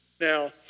Now